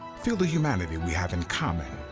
feel the humanity we have in common.